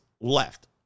left